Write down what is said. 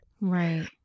Right